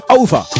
over